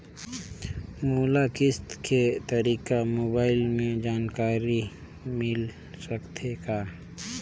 मोला किस्त के तारिक मोबाइल मे जानकारी मिल सकथे का?